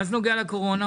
מה זה נוגע לקורונה?